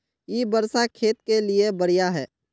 इ वर्षा खेत के लिए बढ़िया है?